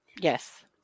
Yes